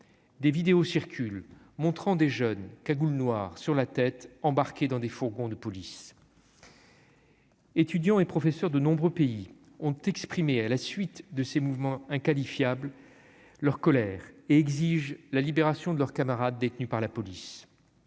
des vidéos circulent montrant des jeunes cagoule noire sur la tête, embarqués dans des fourgons de police. étudiants et professeurs de nombreux pays ont exprimé à la suite de ces mouvements inqualifiable, leur colère et exige la libération de leurs camarades détenus par la police,